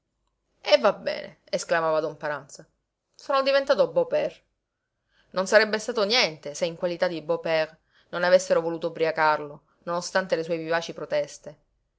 e va bene esclamava don paranza sono diventato beau-père non sarebbe stato niente se in qualità di beau-père non avessero voluto ubriacarlo nonostante le sue vivaci proteste